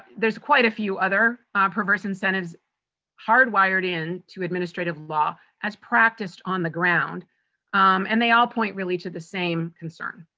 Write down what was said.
there's quite a few other perverse incentives hardwired in to administrative law as practiced on the ground and they all point, really, to the same concern.